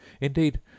Indeed